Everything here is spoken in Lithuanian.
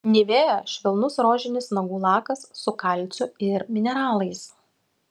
nivea švelnus rožinis nagų lakas su kalciu ir mineralais